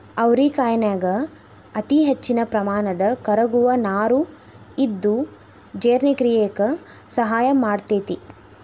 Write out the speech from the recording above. ಅವರಿಕಾಯನ್ಯಾಗ ಅತಿಹೆಚ್ಚಿನ ಪ್ರಮಾಣದ ಕರಗುವ ನಾರು ಇದ್ದು ಜೇರ್ಣಕ್ರಿಯೆಕ ಸಹಾಯ ಮಾಡ್ತೆತಿ